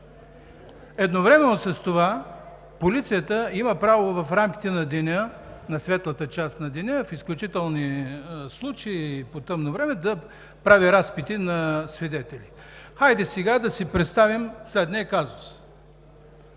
Едновременно с това полицията има право в рамките на светлата част на деня, а в изключителни случаи по тъмно време, да прави разпити на свидетели. Хайде сега да си представим следния казус.